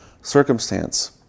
circumstance